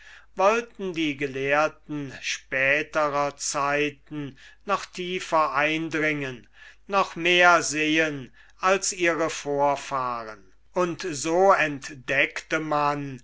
wollten die gelehrten späterer zeiten noch tiefer eindringen noch mehr sehen als ihre vorfahren und so entdeckte man